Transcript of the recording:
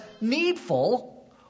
needful